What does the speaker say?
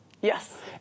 Yes